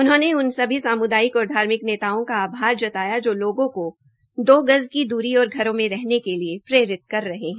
उन्होंने उन सभी साम्दायिक और धार्मिक नेताओं का आभार जताया जो लोगों को दो गज की दूरी औ घरों में रहने के लिए प्रेरित कर रहे है